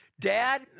Dad